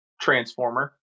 transformer